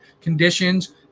conditions